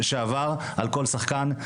על כל שחקן,